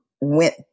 went